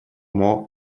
more